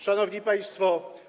Szanowni Państwo!